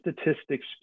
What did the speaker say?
statistics